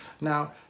Now